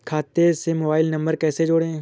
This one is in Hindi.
खाते से मोबाइल नंबर कैसे जोड़ें?